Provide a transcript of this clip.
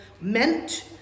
meant